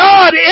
God